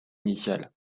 initial